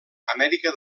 amèrica